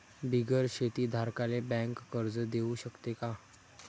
बिगर शेती धारकाले बँक कर्ज देऊ शकते का?